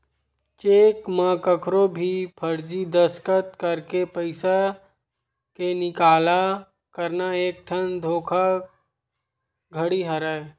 cheque म कखरो भी फरजी दस्कत करके पइसा के निकाला करना एकठन धोखाघड़ी हरय